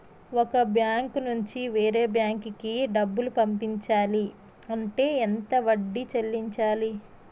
ఒక బ్యాంక్ నుంచి వేరే బ్యాంక్ కి డబ్బులు పంపించాలి అంటే ఎంత వడ్డీ చెల్లించాలి?